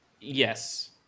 Yes